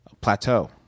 plateau